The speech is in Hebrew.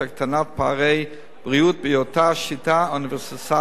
הקטנת פערי בריאות בהיותה שיטה אוניברסלית